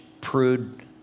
prude